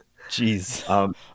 Jeez